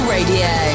Radio